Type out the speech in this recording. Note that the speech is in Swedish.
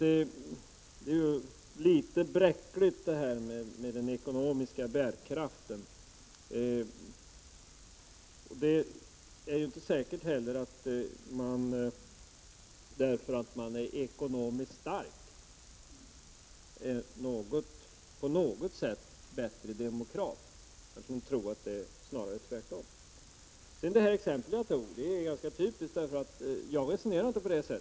Det är ju litet bräckligt det här med den ekonomiska bärkraften. Det är inte säkert heller att man därför att man är ekonomiskt stark på något sätt är bättre demokrat. Jag skulle tro att det snarare är tvärtom.